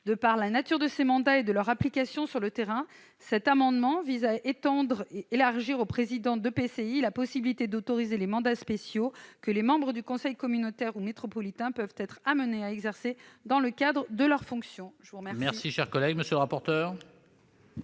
de la nature de ces mandats et de leur application sur le terrain, cet amendement vise à étendre et à élargir aux présidents d'EPCI la possibilité d'autoriser les mandats spéciaux que les membres du conseil communautaire ou métropolitain peuvent être amenés à exercer dans le cadre de leurs fonctions. Quel est l'avis de la commission ? Favorable.